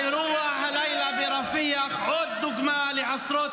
האירוע הלילה ברפיח הוא עוד דוגמה לעשרות